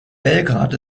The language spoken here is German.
belgrad